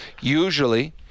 usually